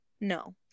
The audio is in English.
no